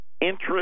interest